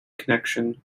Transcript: connection